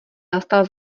nastal